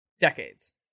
decades